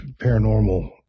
paranormal